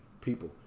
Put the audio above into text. people